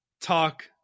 talk